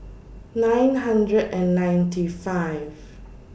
nine hundred and ninety five